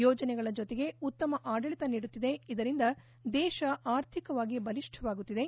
ಯೋಜನೆಗಳ ಜೊತೆಗೆ ಉತ್ತಮ ಆಡಳಿತ ನೀಡುತ್ತಿದೆ ಇದರಿಂದ ದೇಶ ಆರ್ಥಿಕವಾಗಿ ಬಲಿಷ್ಠವಾಗುತ್ತಿದೆ